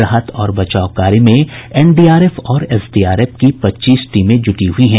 राहत और बचाव कार्य में एनडीआरएफ और एसडीआरएफ की पच्चीस टीमें जूटी हुई हैं